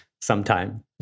sometime